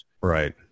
right